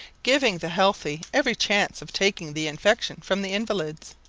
giving the healthy every chance of taking the infection from the invalids.